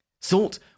Salt